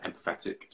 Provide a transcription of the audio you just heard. empathetic